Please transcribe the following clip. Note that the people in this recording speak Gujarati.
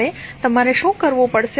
હવે તમારે શું કરવું પડશે